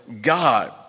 God